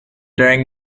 during